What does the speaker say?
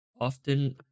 Often